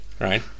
Right